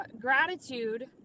gratitude